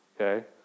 okay